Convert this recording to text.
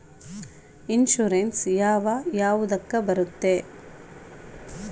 Insurance ಯಾವ ಯಾವುದಕ್ಕ ಬರುತ್ತೆ?